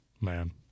Man